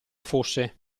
fosse